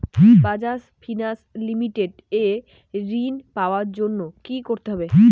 Bajaj finance limited এ ঋন পাওয়ার জন্য কি করতে হবে?